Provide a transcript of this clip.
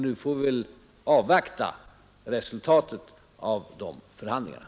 Nu fär vi väl avvakta resultatet av de förhandlingarna.